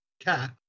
cat